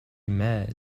met